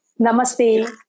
Namaste